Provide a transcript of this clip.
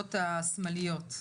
העמודות השמאליות.